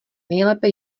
nejlépe